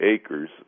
acres